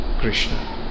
Krishna